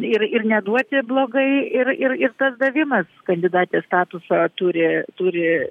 ir ir neduoti blogai ir ir ir tas davimas kandidatės statuso turi turi